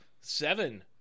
seven